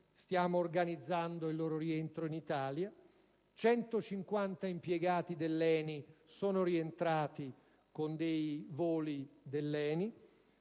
stiamo organizzando il loro rientro in Italia, mentre 150 impiegati dell'ENI sono rientrati con voli dell'azienda.